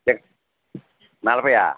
T నలభయ్యా